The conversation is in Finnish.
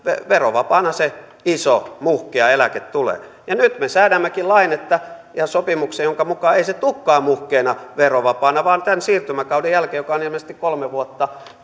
verovapaana se iso muhkea eläke tulee ja nyt me säädämmekin lain ja sopimuksen jonka mukaan ei se tulekaan muhkeana verovapaana vaan tämän siirtymäkauden jälkeen joka on on ilmeisesti kolme vuotta